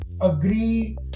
agree